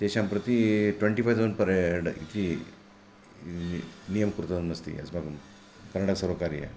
तेषां प्रति twenty five thousand per head इति नियमं कृतवान्नस्ति अस्माकं कर्नाटकसर्वकारीय